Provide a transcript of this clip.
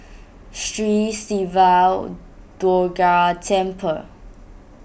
Sri Siva Durga Temple